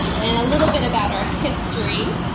and a little bit about our history.